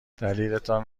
دلیلتان